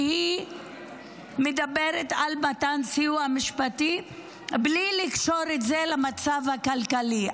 שהיא מדברת על מתן סיוע משפטי בלי לקשור את זה למצב הכלכלי.